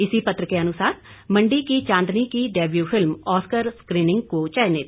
इसी पत्र के अनुसार मंडी की चांदनी की डेब्यू फिल्म ऑस्कर स्क्रीनिंग को चयनित